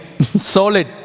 Solid